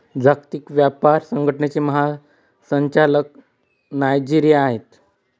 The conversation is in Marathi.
जागतिक व्यापार संघटनेचे महासंचालक नायजेरियाचे आहेत